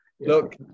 Look